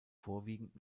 vorwiegend